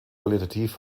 qualitativ